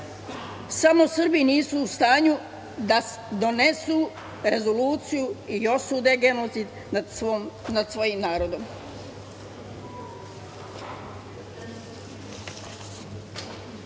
Samo Srbi nisu u stanju da donesu rezoluciju i osude genocid nad svojim narodom. Danas